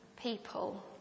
people